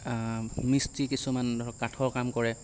মিস্ত্ৰী কিছুমান কাঠৰ কাম কৰে